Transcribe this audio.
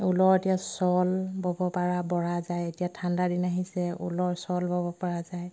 ঊলৰ এতিয়া শ্ব'ল ব'ব পৰা বৰা যায় এতিয়া ঠাণ্ডা দিন আহিছে ঊলৰ শ্বল ল'ব পৰা যায়